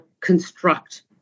construct